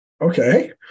Okay